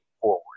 forward